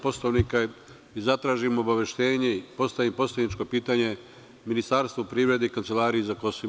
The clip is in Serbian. Poslovnika i zatražim obaveštenje i postavim poslaničko pitanje Ministarstvu privrede i Kancelariji za KiM.